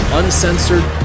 uncensored